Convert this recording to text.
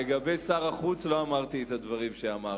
לגבי שר החוץ לא אמרתי את הדברים שאמרת.